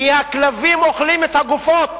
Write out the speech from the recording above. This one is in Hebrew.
כי הכלבים אוכלים את הגופות.